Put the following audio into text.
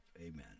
Amen